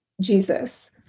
Jesus